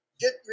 Get